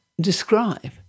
describe